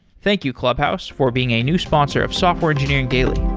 thank you clubhouse for being a new sponsor of software engineering daily